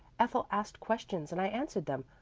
ethel asked questions and i answered them.